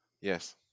Yes